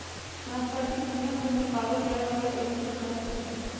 नाशपाती दुनियाभर में पावल जाये वाला एगो प्रकार के फल हइ